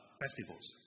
festivals